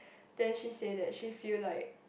then she say that she feel like